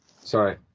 Sorry